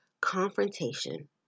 confrontation